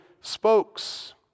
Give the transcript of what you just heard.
spokes